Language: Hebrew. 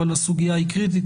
אבל הסוגיה היא קריטית,